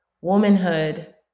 womanhood